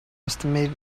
estimate